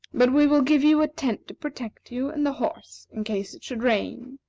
but we will give you a tent to protect you and the horse in case it should rain,